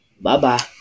Bye-bye